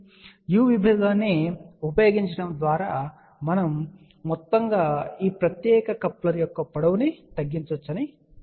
కాబట్టి u విభాగాన్ని ఉపయోగించడం ద్వారా మనం మొత్తంగా ఈ ప్రత్యేక కప్లర్ యొక్క పొడవు తగ్గించవచ్చని చెప్పవచ్చు